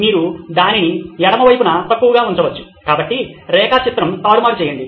మీరు దానిని ఎడమ వైపున 'తక్కువ' గా ఉంచవచ్చు కాబట్టి రేఖా చిత్రం తారుమారు చేయండి